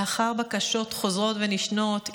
לאחר בקשות חוזרות ונשנות,